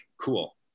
cool